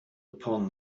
upon